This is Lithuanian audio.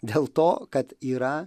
dėl to kad yra